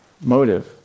motive